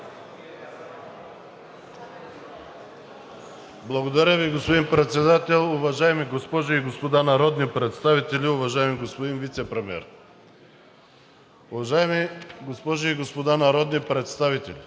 Благодаря Ви, господин Председател. Уважаеми госпожи и господа народни представители, уважаеми господин Вицепремиер! Уважаеми госпожи и господа народни представители,